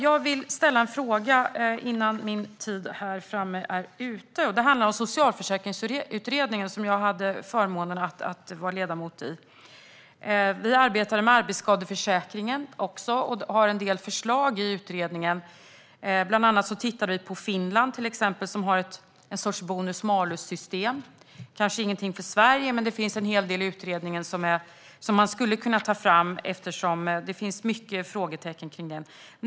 Jag vill ställa en fråga innan min tid här framme i talarstolen är ute. Den handlar om Socialförsäkringsutredningen, som jag hade förmånen att vara ledamot i. Vi arbetade med arbetsskadeförsäkringen också och har en del förslag i utredningen. Bland annat tittade vi på Finland, som har en sorts bonus-malus-system. Det är kanske ingenting för Sverige, men det finns en hel del i utredningen som man skulle kunna ta fram eftersom det finns många frågetecken kring det här.